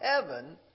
heaven